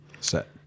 Set